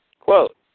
Quote